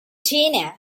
tina